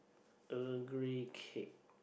Earl Grey cake